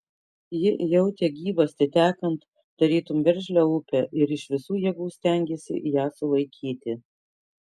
ji jautė gyvastį tekant tarytum veržlią upę ir iš visų jėgų stengėsi ją sulaikyti